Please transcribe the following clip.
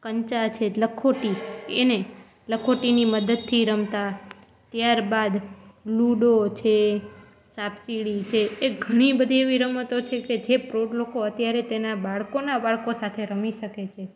કંચા છે જે લખોટી એને લખોટીની મદદથી રમતાં ત્યાર બાદ લૂડો છે સાપ સીડી છે એ ઘણી બધી એવી રમતો છે કે જે પ્રૌઢ લોકો અત્યારે તેનાં બાળકોનાં બાળકો સાથે રમી શકે છે